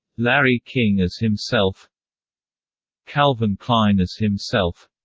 larry king as himself calvin klein as himself